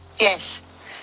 Yes